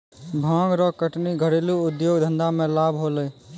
भांग रो कटनी घरेलू उद्यौग धंधा मे लाभ होलै